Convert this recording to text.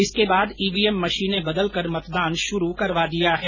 इसके बाद ईवीएम मशीनें बदलकर मतदान शुरू करवा दिया है